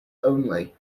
only